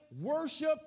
worship